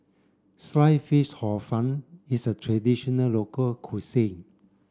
sliced fish hor fun is a traditional local cuisine